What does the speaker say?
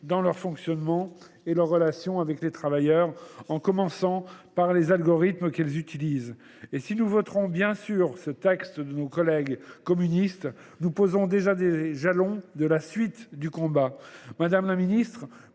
dans leur fonctionnement et leurs relations avec les travailleurs, en commençant par les algorithmes qu’elles utilisent. Nous voterons bien sûr ce texte de nos collègues communistes, mais nous posons déjà les jalons de la suite du combat. Madame la ministre,